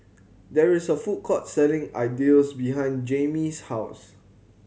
there is a food court selling Idili behind Jammie's house